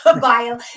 bio